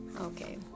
Okay